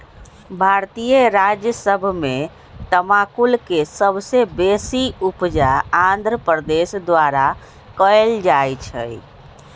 भारतीय राज्य सभ में तमाकुल के सबसे बेशी उपजा आंध्र प्रदेश द्वारा कएल जाइ छइ